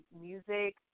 music